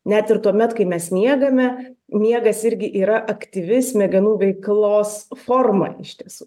net ir tuomet kai mes miegame miegas irgi yra aktyvi smegenų veiklos forma iš tiesų